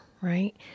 right